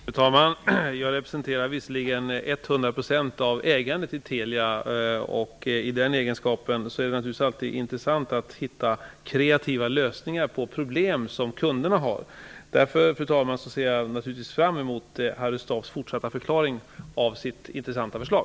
Fru talman! Jag representerar ju 100 % av ägandet i Telia. I den egenskapen är det naturligtvis alltid intressant att hitta kreativa lösningar på de problem som kunderna har. Jag ser därför, fru talman, fram emot Harry Staafs fortsatta förklaring av sitt intressanta förslag.